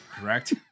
Correct